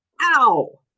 Ow